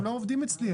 הם לא עובדים אצלי.